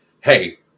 hey